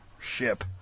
ship